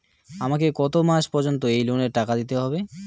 আমাকে কত মাস পর্যন্ত এই লোনের টাকা দিতে হবে?